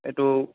এইটো